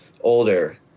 older